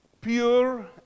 Pure